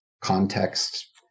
context